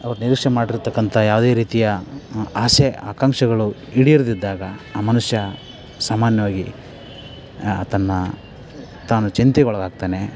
ಅವ್ರು ನಿರೀಕ್ಷೆ ಮಾಡಿರತಕ್ಕಂತ ಯಾವುದೇ ರೀತಿಯ ಆಸೆ ಆಕಾಂಕ್ಷೆಗಳು ಈಡೇರದಿದ್ದಾಗ ಆ ಮನುಷ್ಯ ಸಾಮಾನ್ಯವಾಗಿ ತನ್ನ ತಾನು ಚಿಂತೆಗೊಳಗಾಗ್ತಾನೆ